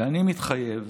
ואני מתחייב